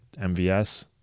MVS